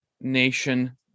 nation